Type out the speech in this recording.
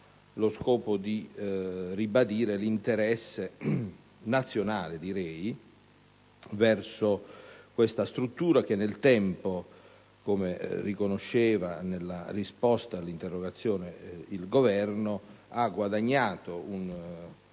lo scopo di ribadire l'interesse nazionale verso questa struttura che nel tempo, come riconosceva nella risposta all'interrogazione il Governo, ha guadagnato